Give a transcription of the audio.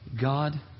God